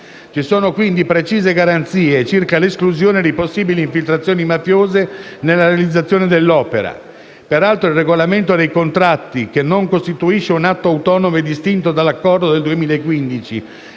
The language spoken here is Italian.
Ci sono quindi precise garanzie circa l'esclusione di possibili infiltrazioni mafiose nella realizzazione dell'opera. Peraltro il Regolamento dei contratti, che non costituisce un atto autonomo e distinto dall'Accordo del 2015